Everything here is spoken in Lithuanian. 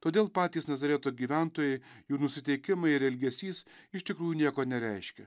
todėl patys nazareto gyventojai jų nusiteikimai ir elgesys iš tikrųjų nieko nereiškė